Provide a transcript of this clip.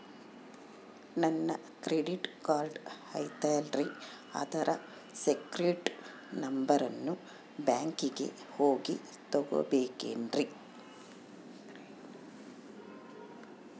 ನನ್ನ credit card ಐತಲ್ರೇ ಅದರ ಸೇಕ್ರೇಟ್ ನಂಬರನ್ನು ಬ್ಯಾಂಕಿಗೆ ಹೋಗಿ ತಗೋಬೇಕಿನ್ರಿ?